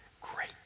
great